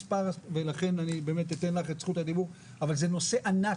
זה נושא ענק.